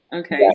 Okay